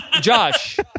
Josh